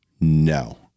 no